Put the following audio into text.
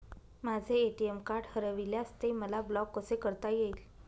माझे ATM card हरविल्यास ते मला ब्लॉक कसे करता येईल?